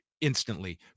instantly